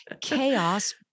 Chaos